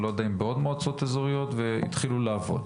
אני לא יודע אם בעוד מועצות אזוריות והתחילו לעבוד.